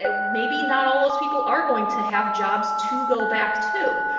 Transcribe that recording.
ah maybe not all those people are going to have jobs to go back to.